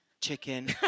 chicken